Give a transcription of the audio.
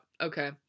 okay